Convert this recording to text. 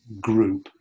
group